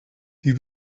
die